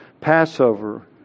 Passover